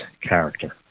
character